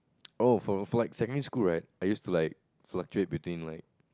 oh for for like secondary school right I used to like fluctuate between like